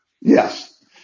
Yes